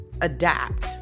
adapt